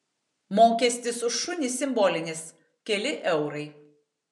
mokestis už šunį simbolinis keli eurai